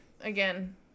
again